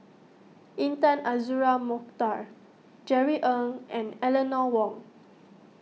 Intan Azura Mokhtar Jerry Ng and Eleanor Wong